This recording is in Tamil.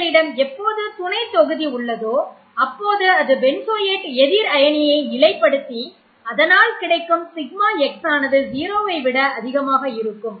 உங்களிடம் எப்போது துணைத்தொகுதி உள்ளதோ அப்போது அது பென்சோயேட் எதிர் அயனியை நிலைப்படுத்தி அதனால் கிடைக்கும் σx ஆனது 0 விட அதிகமாக இருக்கும்